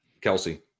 Kelsey